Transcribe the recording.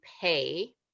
pay